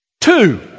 Two